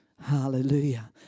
hallelujah